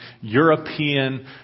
European